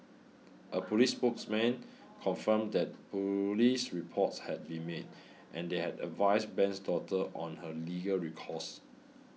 a police spokesman confirmed that police reports had been made and they had advised Ben's daughter on her legal recourse